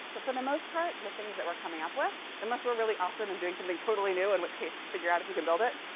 but for the most part, the things that we're coming up with unless we're really awesome and doing something totally new, in which case, figure out if you can build it.